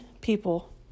people